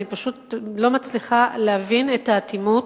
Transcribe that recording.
אני פשוט לא מצליחה להבין את האטימות